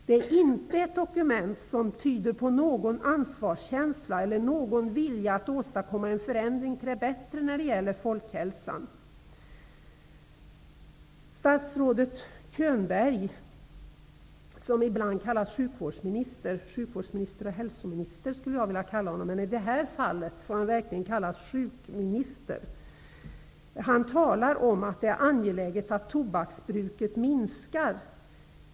Det är inte ett dokument som tyder på någon ansvarskänsla eller någon vilja att åstadkomma en förändring till det bättre när det gäller folkhälsan. Statsrådet Könberg kallas ibland sjukvårdsminister. Jag skulle hellre vilja kalla honom sjukvårds och hälsominister, men i detta fall borde han i stället tituleras sjukminister. Han talar om att det är angeläget att tobaksbruket minskar.